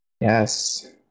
Yes